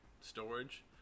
storage